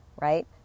right